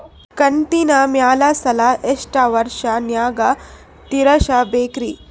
ಕಂತಿನ ಮ್ಯಾಲ ಸಾಲಾ ಎಷ್ಟ ವರ್ಷ ನ್ಯಾಗ ತೀರಸ ಬೇಕ್ರಿ?